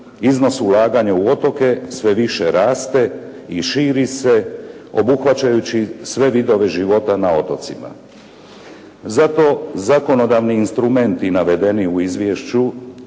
Iznos ulaganja u otoke sve više raste i širi se obuhvaćajući sve vidove života na otocima. Zato zakonodavni instrumenti navedeni u izvješću,